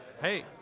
hey